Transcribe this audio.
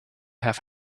have